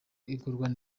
igurwa